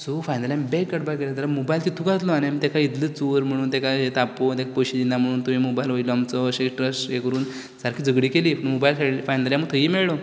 so finally आमी bag काडपाक गेले पयत जाल्यार मोबायल तितुकूच आसलो आनी आमी तेका इतलो चोर म्हणून तेकाय तापोवन तेका पैशे दिना म्हण तुयेन मोबायल व्हेलो आमचो अशें ट्रस्ट यें कोरून सारकें झगडी केली मोबायल फायनली आमकां थंयी मेळ्ळो